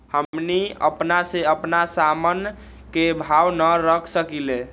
हमनी अपना से अपना सामन के भाव न रख सकींले?